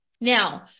Now –